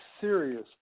serious